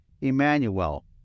Emmanuel